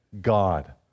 God